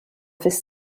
fis